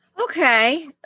Okay